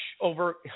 over